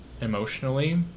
emotionally